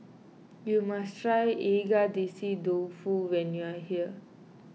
you must try Agedashi Dofu when you are here